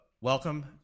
Welcome